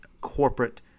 corporate